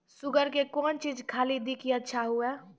Sugar के कौन चीज खाली दी कि अच्छा हुए?